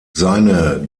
seine